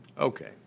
Okay